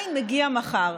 עדיין מגיע מחר.